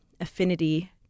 affinity